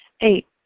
Eight